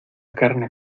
carne